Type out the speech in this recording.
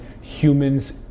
humans